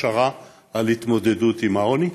הכשרה להתמודדות עם העוני?